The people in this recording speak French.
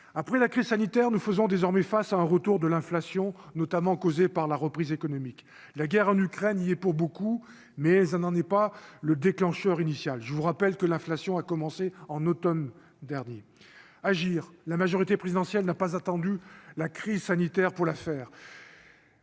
après la crise sanitaire, nous faisons désormais face à un retour de l'inflation notamment causé par la reprise économique, la guerre en Ukraine, il y est pour beaucoup mais ça n'en est pas le déclencheur initial, je vous rappelle que l'inflation a commencé en Automne dernier, agir, la majorité présidentielle n'a pas attendu la crise sanitaire pour l'affaire.